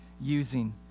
using